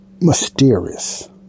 mysterious